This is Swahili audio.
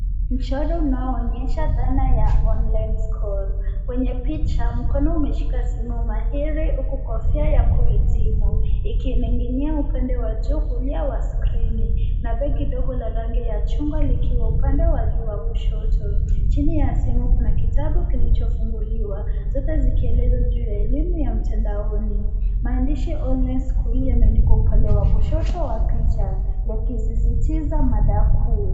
mchoro unaoonyesha dhana ya elimu ya mtandaoni kwenye picha mkono umeshika simu mahiri huku kofia ya kuhitimu ikining'inia upande wa juu kulia wa skrini na begi ndogo lenye rangi la chungwa likiwa upande wa juu wa kushoto chini ya simu kitabu kilichofunguliwa zote zikieleza juu ya elimu ya mtandaoni maandishi Online SCHOOL yameandikwa upande wa kushoto wa picha yakisisitiza mada kuu.